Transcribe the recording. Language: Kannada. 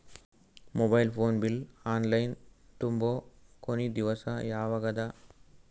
Mobile phone bill online ತುಂಬೊ ಕೊನಿ ದಿವಸ ಯಾವಗದ?